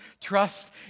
trust